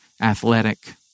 athletic